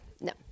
No